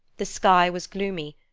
the sky was gloomy,